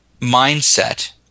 mindset